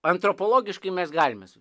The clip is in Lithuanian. antropologiškai mes galime su